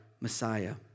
Messiah